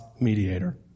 mediator